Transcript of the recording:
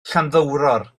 llanddowror